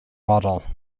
model